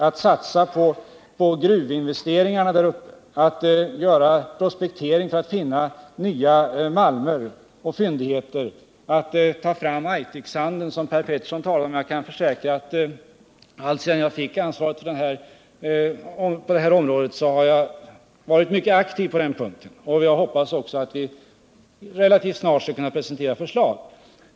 Vi satsar på gruvinvesteringarna där uppe, på prospektering för att finna nya malmer och fyndigheter och på att ta fram Aitiksanden, som Per Petersson talade om. Jag kan försäkra att jag alltsedan jag fick ansvaret på det här området har varit mycket aktiv när det gäller den saken. Det är också min förhoppning att vi relativt snart skall kunna presentera ett förslag.